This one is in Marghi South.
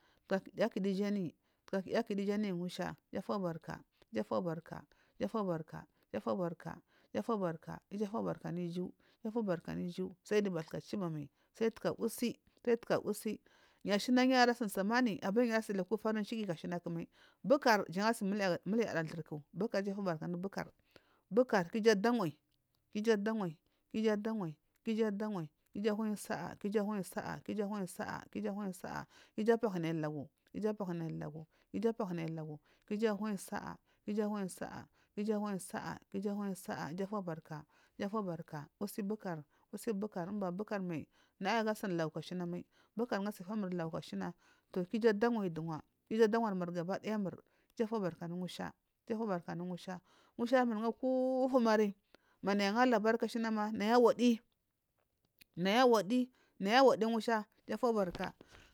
Taga kinaya akidu ija anuyi ngusha taga kinaya akidu iju anuyi ngusha iju afubaka iju afubarka iju afubarka iju afubaka iju afubarka anu iju iju afubaka anu iju su ayi giya bathka chiba mayi sai taga usi sai taga usi yu ashine nyu asi samani abiri yu ara asili aku farm chiki ashina mai bukar jau asi muhda turku bukar iju afubaka bukar ku iju adawoyi. Ku iju ada wayyi ku iju ada wayi ku iju awayi sa’a ku iju awayi sa’a ku iju awayi sa’a ku. Iju apalunaya lagu ku iju afahi naya lagu ku iju awayi sa’a ku iju awayi sa’a ku iju awayi sa’a ku iju a wayi sa’a iju afubarka iju afubarka usi buker usi bukar unba bukar mayi naya aga suyini laju ashina mayi bukar nga guri mur lagu ashina ku iju adawanyi ashina ku iju adawarmur gabaya mur iju afubarka anu ngusha iju afubaka anu ngusha ngushar murgu ko ufumari na nayi angari labarka ashina nayi awadi nayi awadi nayi awadi ngusha iju afubarka.